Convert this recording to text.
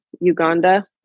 Uganda